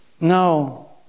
No